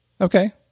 Okay